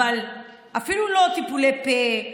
אפילו לא טיפולי פה,